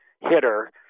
hitter